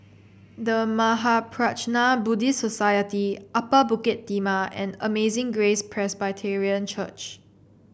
The Mahaprajna Buddhist Society Upper Bukit Timah and Amazing Grace Presbyterian Church